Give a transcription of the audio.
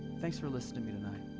thanks for listening to me tonight.